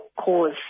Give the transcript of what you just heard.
cause